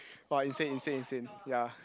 !wah! insane insane insane ya